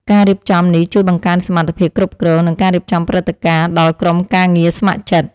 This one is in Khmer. ការរៀបចំនេះជួយបង្កើនសមត្ថភាពគ្រប់គ្រង និងការរៀបចំព្រឹត្តិការណ៍ដល់ក្រុមការងារស្ម័គ្រចិត្ត។